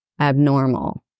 abnormal